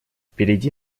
впереди